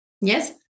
Yes